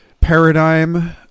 paradigm